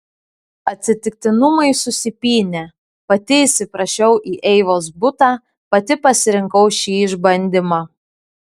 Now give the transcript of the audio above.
atsitiktinumai susipynė pati įsiprašiau į eivos butą pati pasirinkau šį išbandymą